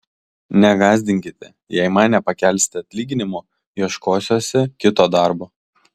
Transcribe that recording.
negąsdinkite jei man nepakelsite atlyginimo ieškosiuosi kito darbo